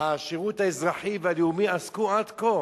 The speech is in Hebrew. שהשירות האזרחי והלאומי עסקו עד כה.